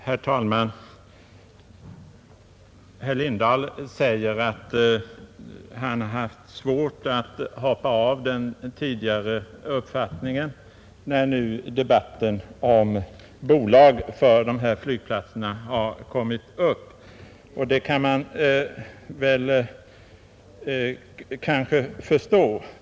Herr talman! Herr Lindahl säger att han haft svårt att hoppa av den tidigare uppfattningen när det nu har uppstått en debatt om bolag för de här flygplatserna. Och det kan man väl kanske förstå.